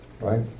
right